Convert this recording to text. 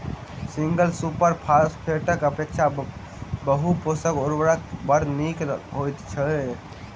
single super फौसफेटक अपेक्षा बहु पोषक उर्वरक बड़ नीक होइत छै